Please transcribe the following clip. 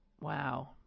wow